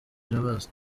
irabazi